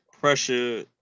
pressure